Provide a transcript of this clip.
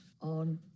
on